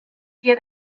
get